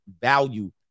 value